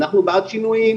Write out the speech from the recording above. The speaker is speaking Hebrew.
אנחנו בעד שינויים,